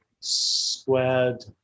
squared